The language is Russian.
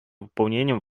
выполнением